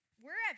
wherever